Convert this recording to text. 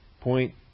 Point